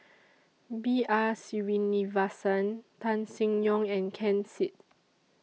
B R Sreenivasan Tan Seng Yong and Ken Seet